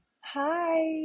Hi